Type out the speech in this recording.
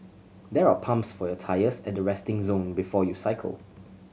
there are pumps for your tyres at the resting zone before you cycle